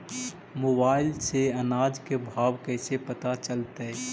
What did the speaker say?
Mobile से अनाज के भाव कैसे पता चलतै?